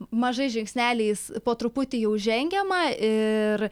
mažais žingsneliais po truputį jau žengiama ir